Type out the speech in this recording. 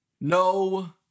No